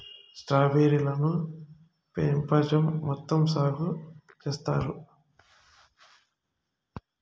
strawberry లను పెపంచం మొత్తం సాగు చేత్తారు